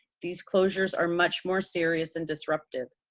these closures are much more serious and disruptive.